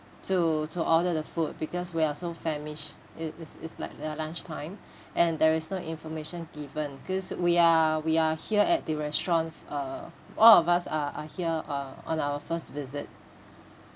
to to order the food because we are so famished it is it's like the lunchtime and there is no information given cause we are we are here at the restaurant uh all of us are are here uh on our first visit